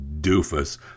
doofus